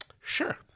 Sure